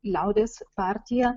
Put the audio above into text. liaudies partija